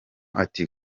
ati